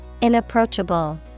Inapproachable